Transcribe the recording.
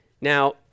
Now